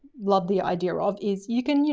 love the idea of is you can, you